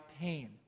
Pain